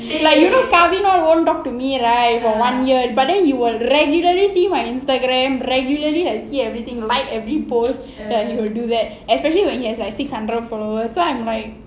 eh like you know karvin all won't talk to me right for one year but then he will regularly see my Instagram regularly can see everything like every post ya he will do that especially when he has like six hundred followers so I'm like